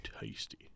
tasty